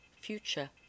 future